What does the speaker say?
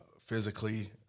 Physically